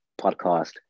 podcast